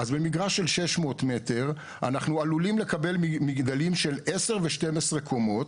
אז במגרש של 600 מטר אנחנו עלולים לקבל מגדלים של 10 ו-12 קומות,